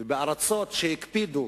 ובארצות שהקפידו